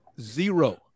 zero